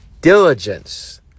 diligence